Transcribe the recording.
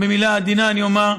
במילה עדינה אני אומר,